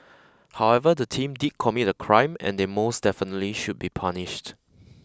however the team did commit a crime and they most definitely should be punished